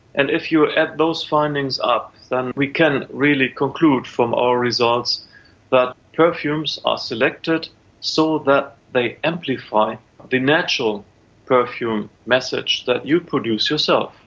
and if you add those findings up then we can really conclude from our results that but perfumes are selected so that they amplify the natural perfume message that you produce yourself.